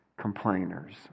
complainers